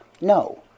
No